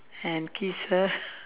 and kiss her